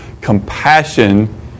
compassion